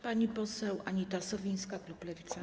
Pani poseł Anita Sowińska, klub Lewica.